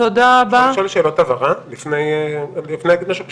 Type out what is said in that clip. אפשר לשאול שאלות הבהרה לפני שאני אגיד משהו?